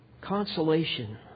consolation